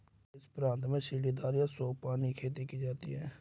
किस प्रांत में सीढ़ीदार या सोपानी खेती की जाती है?